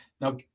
Now